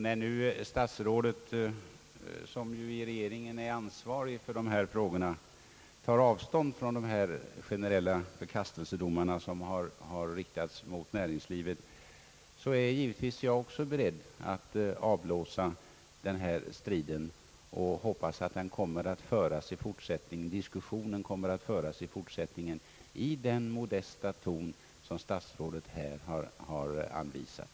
När nu statsrådet som i regeringen är ansvarig för dessa frågor tar avstånd från de generella förkastelsedomar som har riktats mot näringslivet är givetvis jag också beredd att avblåsa den här striden och hoppas att diskussionen i fortsättningen kommer att föras i den modesta ton som statsrådet här har anvisat.